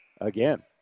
again